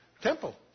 temple